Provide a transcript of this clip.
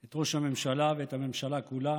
את ראש הממשלה ואת הממשלה כולה